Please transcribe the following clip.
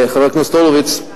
חבר הכנסת הורוביץ,